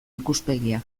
ikuspegia